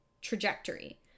trajectory